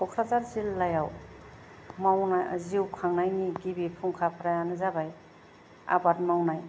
कक्राझार जिल्लायाव मावना जिउ खुंनायनि गिबि फुंखाफ्रायानो जाबाय आबाद मावनाय